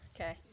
Okay